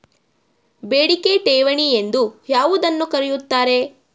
ಬೇಡಿಕೆ ಠೇವಣಿ ಎಂದು ಯಾವುದನ್ನು ಕರೆಯುತ್ತಾರೆ?